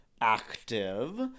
active